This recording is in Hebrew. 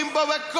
זורקים עליו בוץ,